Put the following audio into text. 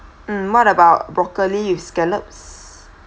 um what about broccoli with scallops